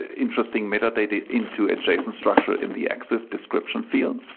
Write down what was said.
interesting metadata into a json structure in the exif description field,